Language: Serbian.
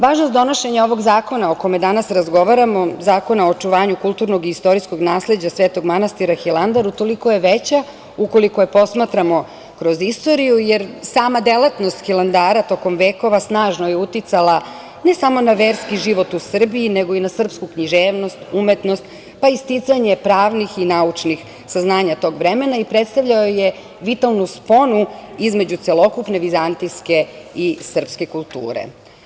Važnost donošenja ovog zakona o kome danas razgovaramo, Zakona o očuvanju kulturnog i istorijskog nasleđa Svetog manastira Hilandar utoliko je veća ukoliko je posmatramo kroz istoriju, jer sama delatnost Hilandara tokom vekova snažno je uticala ne samo na verski život u Srbiji, nego i na srpsku književnost, umetnost, pa i sticanje pravnih i naučnih saznanja tog vremena i predstavljao je vitalnu sponu između celokupne vizantijske i srpske kulture.